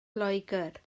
loegr